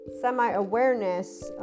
semi-awareness